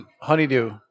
honeydew